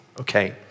Okay